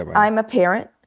i'm a parent.